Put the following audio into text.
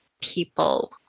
people